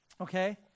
Okay